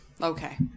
Okay